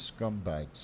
Scumbags